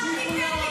התשפ"ג 2023,